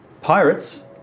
Pirates